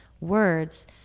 words